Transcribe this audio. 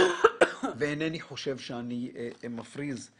ואינני חושב שאני מפריז.